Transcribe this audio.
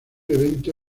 evento